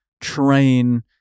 train